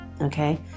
okay